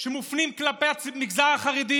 שמופנים כלפי המגזר החרדי